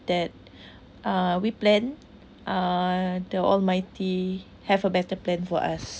that uh we plan uh the almighty have a better plan for us